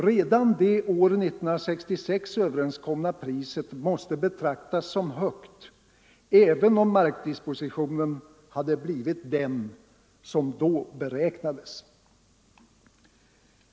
Redan det år 1966 överenskomna priset måste betraktas som högt, även om markdispositionen hade blivit den som då beräknades.